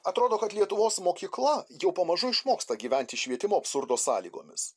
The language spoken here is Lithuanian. atrodo kad lietuvos mokykla jau pamažu išmoksta gyventi švietimo absurdo sąlygomis